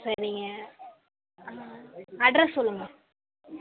சரிங்க ஆ அட்ரஸ் சொல்லுங்கள்